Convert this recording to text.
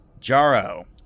Jaro